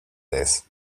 this